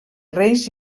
reis